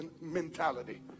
mentality